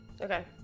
Okay